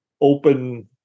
open